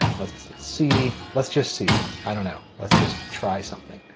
let's see, let's just see, i don't know. let's just try something.